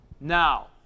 Now